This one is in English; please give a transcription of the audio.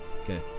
Okay